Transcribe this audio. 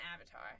Avatar